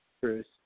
Bruce